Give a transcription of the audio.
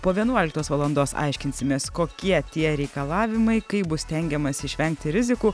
po vienuoliktos valandos aiškinsimės kokie tie reikalavimai kaip bus stengiamasi išvengti rizikų